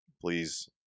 please